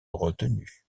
retenue